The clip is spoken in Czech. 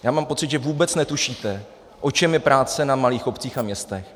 Já mám pocit, že vůbec netušíte, o čem je práce na malých obcích a městech.